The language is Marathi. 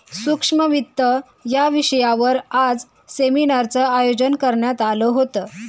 सूक्ष्म वित्त या विषयावर आज सेमिनारचं आयोजन करण्यात आलं होतं